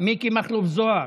מיקי מכלוף זוהר,